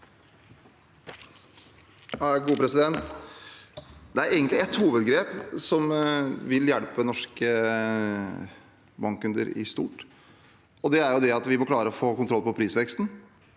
Det er egentlig ett hovedgrep som vil hjelpe norske bankkunder i stort. Det er at vi må klare å få kontroll på prisveksten,